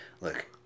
look